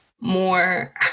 more